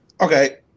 Okay